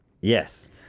Yes